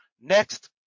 Next